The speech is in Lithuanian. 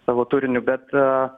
savo turiniu bet